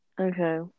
Okay